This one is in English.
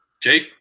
Jake